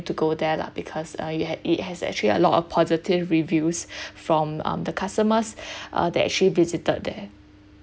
the go there lah because uh you had it has actually a lot of positive reviews from um the customers uh that actually visited there